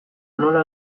nola